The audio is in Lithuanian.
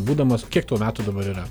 būdamas kiek tau metų dabar yra